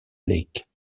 lake